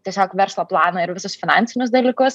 tiesiog verslo planą ir visus finansinius dalykus